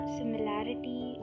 similarity